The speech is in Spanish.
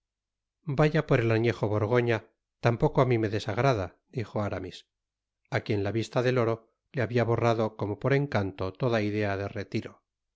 vaya por el añejo iborgoña tampoco á mi me desagrada dijo aramis á quien la vista del oro le habia borrado como por encanto toda idea de retiro